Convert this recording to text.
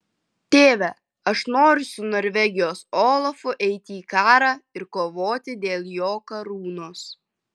tėve aš noriu su norvegijos olafu eiti į karą ir kovoti dėl jo karūnos